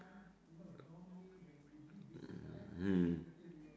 mm